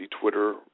Twitter